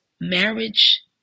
marriage